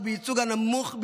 שר החוץ,